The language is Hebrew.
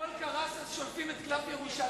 הכול קרס אז שולפים את קלף ירושלים?